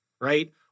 right